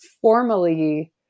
formally